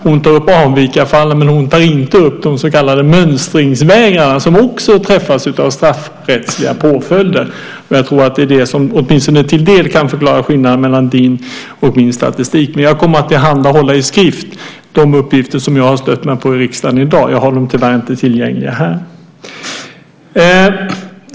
Hon tar upp avvikarfallen men inte de så kallade mönstringsvägrarna. De träffas också av straffrättsliga påföljder. Det kan nog åtminstone delvis förklara skillnaden mellan din och min statistik. Jag kommer att i skrift tillhandahålla de uppgifter som jag har stött mig på i riksdagen i dag. Jag har dem inte tillgängliga här.